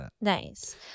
nice